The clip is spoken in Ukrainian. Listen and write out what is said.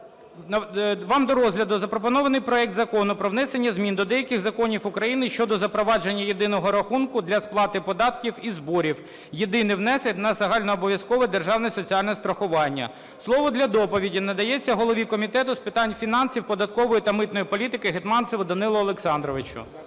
Вам до розгляду запропонований проект Закону про внесення змін до деяких законів України щодо запровадження єдиного рахунку для сплати податків і зборів, єдиного внеску на загальнообов'язкове державне соціальне страхування. Слово для доповіді надається голові Комітету з питань фінансів, податкової та митної політики Гетманцеву Данилу Олександровичу.